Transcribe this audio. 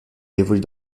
évolué